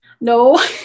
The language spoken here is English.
no